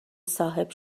صاحب